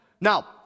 Now